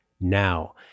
now